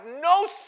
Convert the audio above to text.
no